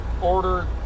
order